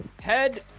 head